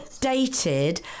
dated